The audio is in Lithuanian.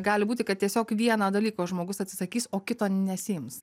gali būti kad tiesiog vieno dalyko žmogus atsisakys o kito nesiims